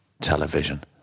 television